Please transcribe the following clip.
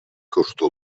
costum